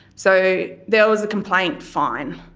so there was a complaint, fine.